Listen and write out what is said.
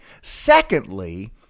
Secondly